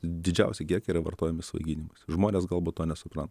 didžiausi kiekiai yra vartojami svaiginimuisi žmonės galbūt to nesupran